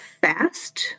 fast